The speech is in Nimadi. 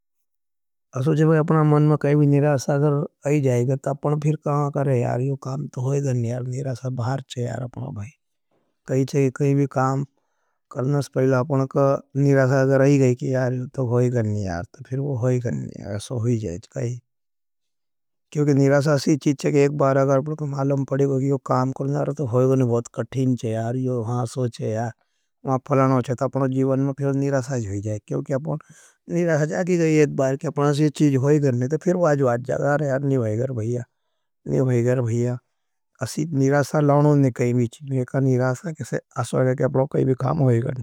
असो छे भाई अपना मन में कैवी निरासाजर आई जाएगा, तापन फिर कहा कर यार यो काम तो होई गन यार निरासाजर भार चे यार अपनों भाई। कैवी काम करना से पहले आपना का निरासाजर आई गए कि यार तो होई गन यार तो फिर वो होई गन यार सो होई जाएगा। अपना मन में कैवी निरासाजर आई जाएगा। तापन फिर कहा कर यार यो काम तो होई गन यार निरासाजर भार चे यार अपनों भाई। कैवी काम करना से पहले आपना का निरासाजर आई गए। कि यार तो होई गन यार तो फिर वो होई गन यार सो होई जाएगा।